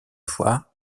fois